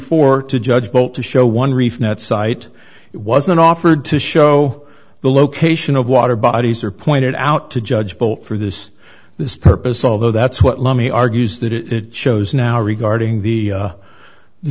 four to judge boat to show one reef that site it wasn't offered to show the location of water bodies are pointed out to judge but for this this purpose although that's what let me argues that it shows now regarding the